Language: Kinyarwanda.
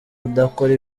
udakora